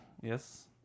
Yes